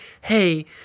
hey